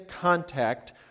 contact